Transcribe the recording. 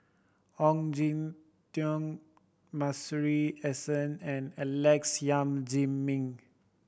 Ong Jin Teong Masuri S N and Alex Yam Ziming